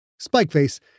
Spikeface